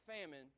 famine